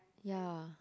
ya